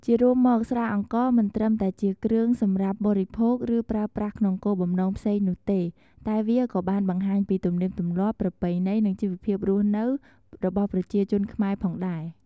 ជារួមមកស្រាអង្ករមិនត្រឹមតែជាគ្រឿងសម្រាប់បរិភោគ ឬប្រើប្រាស់ក្នុងគោលបំណងផ្សេងនោះទេ តែវាក៏បានបង្ហាញពី ទំនៀមទំម្លាប់ ប្រពៃណី និងជីវភាពរស់នៅរបស់ប្រជាជនខ្មែរផងដែរ។